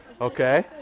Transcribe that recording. Okay